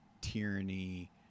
tyranny